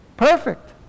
Perfect